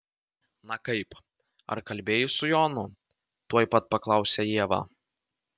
na kaip ar kalbėjai su jonu tuoj pat paklausė ieva